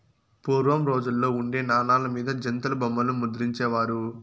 పూర్వం రోజుల్లో ఉండే నాణాల మీద జంతుల బొమ్మలు ముద్రించే వారు